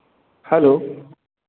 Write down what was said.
hello